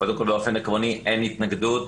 קודם כל באופן עקרוני אין התנגדות.